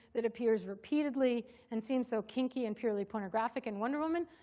that appears repeatedly and seems so kinky and purely pornographic and wonder woman.